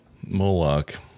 Moloch